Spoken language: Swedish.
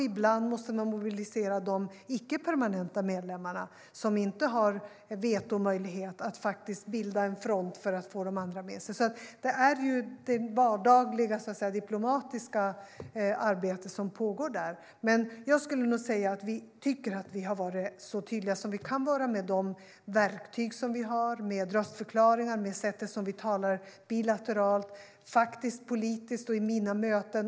Ibland måste man även mobilisera de icke-permanenta medlemmarna, som inte har vetomöjlighet, att bilda en front för att få de andra med sig. Det är alltså det vardagliga, diplomatiska arbetet som pågår där. Jag skulle nog säga att vi tycker att vi har varit så tydliga som vi kan vara med de verktyg vi har - med röstförklaringar och med sättet vi talar bilateralt, liksom faktiskt politiskt i mina möten.